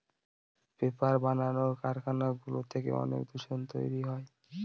paper বানানোর কারখানাগুলো থেকে অনেক দূষণ তৈরী হয়